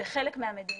בחלק מהמדינות,